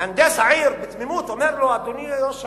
מהנדס העיר אומר לו בתמימות: אדוני ראש העיר,